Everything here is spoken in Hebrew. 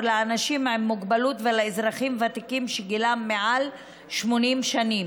לאנשים עם מוגבלות ולאזרחים ותיקים שגילם מעל 80 שנים.